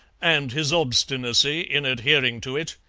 and his obstinacy in adhering to it,